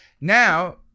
Now –